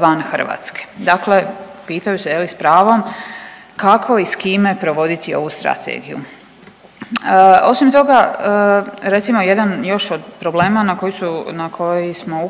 van Hrvatske. Dakle, pitaju se s pravom kako i s kime provoditi ovu strategiju. Osim toga recimo jedan još od problema na koji smo